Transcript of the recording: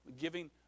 Giving